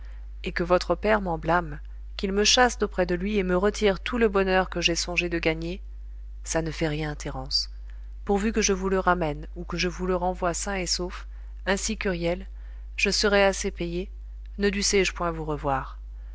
et que votre père m'en blâme qu'il me chasse d'auprès de lui et me retire tout le bonheur que j'ai songé de gagner ça ne fait rien thérence pourvu que je vous le ramène ou que je vous le renvoie sain et sauf ainsi qu'huriel je serai assez payé ne dussé-je point vous revoir